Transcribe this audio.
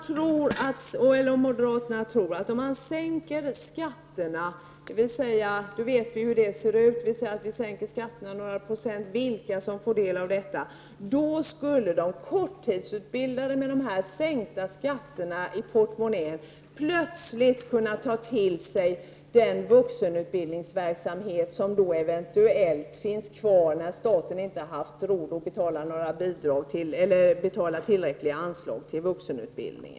Tror moderaterna att de korttidsutbildade, om vi sänker skatterna med några procent, plötsligt skulle kunna ta till sig den vuxenutbildningsverksamhet som då eventuellt finns kvar, när staten inte har haft råd att betala tillräckliga anslag?